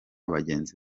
bagenzi